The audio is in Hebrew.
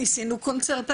"קונצרטה",